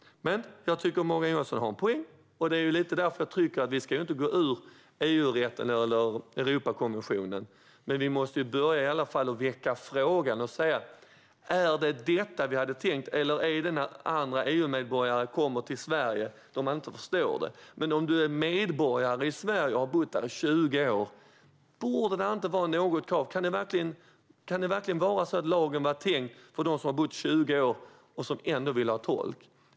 Jag tycker dock att Morgan Johansson har en poäng, och det är lite därför jag trycker på att vi inte ska lämna EU-rätten eller Europakonventionen. Men vi måste i alla fall börja med att väcka en fråga: Var det detta vi hade tänkt? Eller handlar det om när andra EU-medborgare kommer till Sverige och inte förstår språket? Men borde det inte finnas några krav om man är svensk medborgare och har bott här i 20 år? Är lagen verkligen tänkt för dem som har bott i ett land i 20 år och som ändå vill ha tolk?